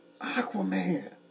Aquaman